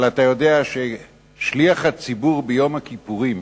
אבל אתה יודע ששליח הציבור, ביום הכיפורים,